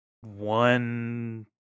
one